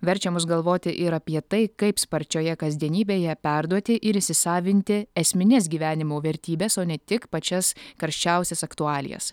verčia mus galvoti ir apie tai kaip sparčioje kasdienybėje perduoti ir įsisavinti esmines gyvenimo vertybes o ne tik pačias karščiausias aktualijas